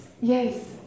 Yes